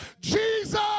Jesus